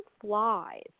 flies